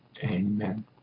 Amen